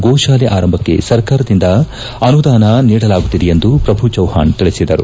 ಗೋ ಶಾಲೆ ಆರಂಭಕ್ಷೆ ಸರ್ಕಾರದಿಂದ ಅನುದಾನ ನೀಡಲಾಗುತ್ತಿದೆ ಎಂದು ಪ್ರಭು ಚವ್ಹಾಣ್ ತಿಳಿಸಿದರು